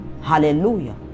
Hallelujah